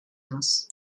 house